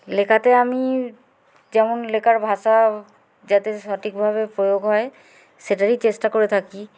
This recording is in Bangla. লেখাতে আমি যেমন লেখার ভাষা যাতে সঠিকভাবে প্রয়োগ হয় সেটারই চেষ্টা করে থাকি